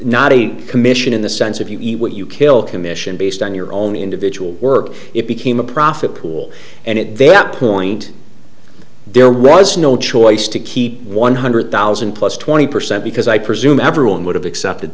not a commission in the sense of you eat what you kill commission based on your own individual work it became a profit pool and it that point there was no choice to keep one hundred thousand plus twenty percent because i presume everyone would have accepted